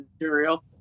material